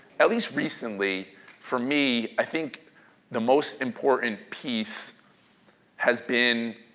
at least recently for me, i think the most important piece has been